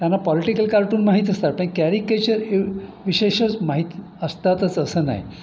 त्यांना political cartoon माहीत असतात पण कॅरिकेचर विशेषच माहीत असतातच असं नाही